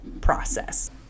process